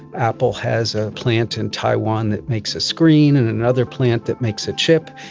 apple has a plant in taiwan that makes a screen and another plant that makes a chip,